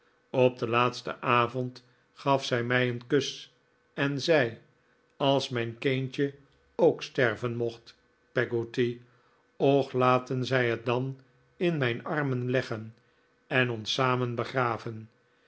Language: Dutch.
op den laatsten avond gaf zij mij een kus en zei als mijn kindje ook sterven mocht peggotty och laten zij het dan in mijn armen leggen en ons samen begraven